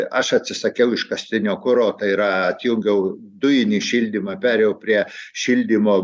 aš atsisakiau iškastinio kuro tai yra atjungiau dujinį šildymą perėjau prie šildymo